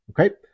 Okay